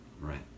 Right